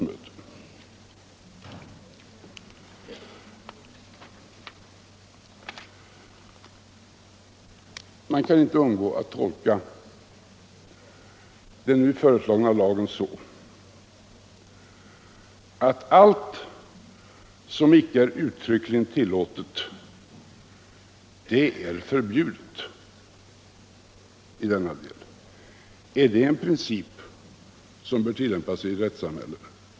Man kan inte underlåta att tolka den nu föreslagna lagen så, att allt som inte är uttryckligen tillåtet är förbjudet. Är det en princip som bör tillämpas i ett rättssamhälle?